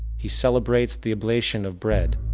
he celebrates the oblation of bread,